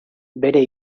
bere